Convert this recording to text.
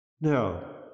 Now